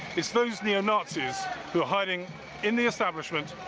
it's those neo-nazis who're hiding in the establishment,